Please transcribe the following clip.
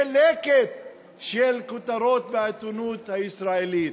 זה לקט של כותרות מהעיתונות הישראלית,